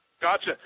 Gotcha